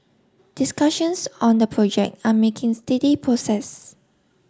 discussions on the project are making steady process